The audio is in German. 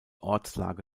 ortslage